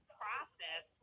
process